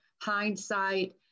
hindsight